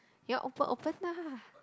you want open open lah